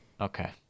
Okay